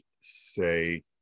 say